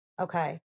okay